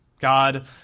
God